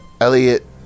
Elliot